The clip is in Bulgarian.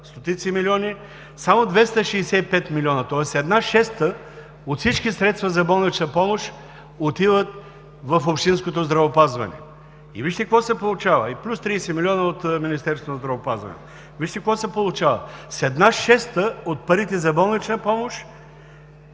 стотици милиони, само 265 милиона, тоест една шеста от всички средства за болнична помощ, отиват в общинското здравеопазване, плюс 30 милиона от Министерството на здравеопазването. Вижте какво се получава – с една шеста от парите за болнична помощ